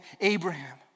Abraham